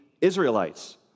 Israelites